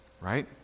Right